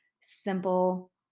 simple